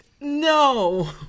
no